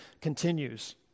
continues